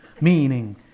Meaning